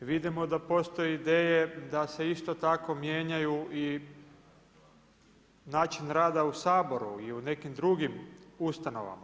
vidimo da postoje ideje da se isto tako mijenjaju i način rada u Saboru i u nekim drugim ustanovama.